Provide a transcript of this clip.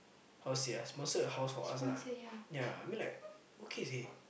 how say ah sponsor a house for us lah ya I mean like okay seh